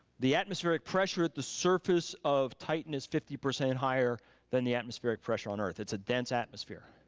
the atmospheric pressure at the surface of titan is fifty percent higher than the atmospheric pressure on earth, it's a dense atmosphere.